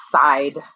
side